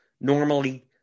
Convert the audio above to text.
normally